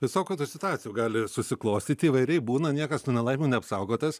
visokių situacijų gali susiklostyti įvairiai būna niekas nuo nelaimių neapsaugotas